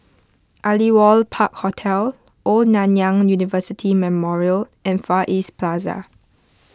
Aliwal Park Hotel Old Nanyang University Memorial and Far East Plaza